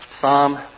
Psalm